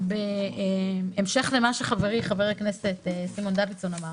במיוחד בהמשך למה שחברי חבר הכנסת סימון דוידסון אמר